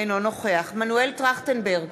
אינו נוכח מנואל טרכטנברג,